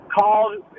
called